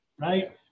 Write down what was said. right